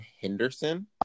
henderson